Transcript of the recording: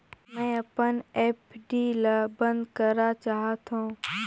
मैं अपन एफ.डी ल बंद करा चाहत हों